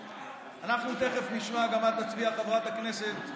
אנחנו תכף נשמע גם מה תצביע חברת הכנסת,